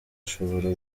ashobora